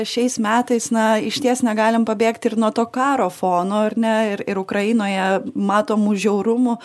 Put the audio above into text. šiais metais na išties negalim pabėgti ir nuo to karo fono ar ne ir ir ukrainoje matomų žiaurumų